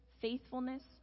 faithfulness